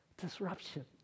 Disruption